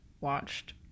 watched